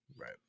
Right